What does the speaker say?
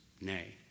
Nay